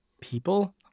people